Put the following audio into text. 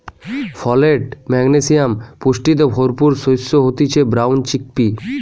folate, magnesium পুষ্টিতে ভরপুর শস্য হতিছে ব্রাউন চিকপি